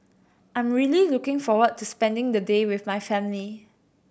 I'm really looking forward to spending the day with my family